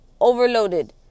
overloaded